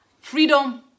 freedom